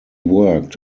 worked